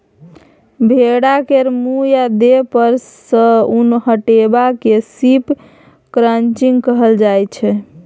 भेड़ा केर मुँह आ देह पर सँ उन हटेबा केँ शिप क्रंचिंग कहल जाइ छै